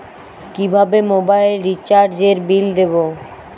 কিভাবে মোবাইল রিচার্যএর বিল দেবো?